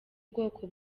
bwoko